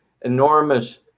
enormous